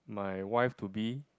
my wife to be